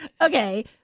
Okay